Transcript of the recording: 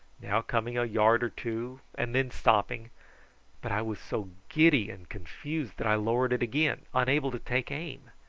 now coming a yard or two and then stopping but i was so giddy and confused that i lowered it again, unable to take aim.